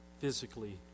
physically